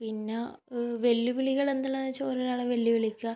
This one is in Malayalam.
പിന്നെ വെല്ലുവിളികൾ എന്തെല്ലാന്ന് വെച്ചാൽ ഒരാളെ വെല്ലുവിളിക്കുക